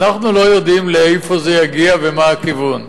אנחנו לא יודעים לאיפה זה יגיע ומה הכיוון.